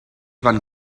van